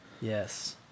Yes